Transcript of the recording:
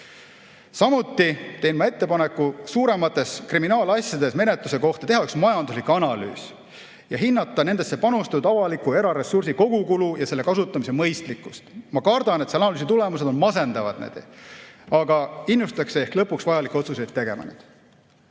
Samuti teen ma ettepaneku teha suuremates kriminaalasjades menetluse kohta üks majanduslik analüüs ja hinnata nendesse panustatud avaliku ja eraressursi kogukulu ja selle kasutamise mõistlikkust. Ma kardan, et selle analüüsi tulemused on masendavad, aga see innustaks ehk lõpuks vajalikke otsuseid tegema.